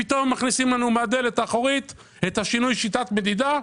פתאום מכניסים לנו מהדלת האחורית את שינוי שיטת המדידה.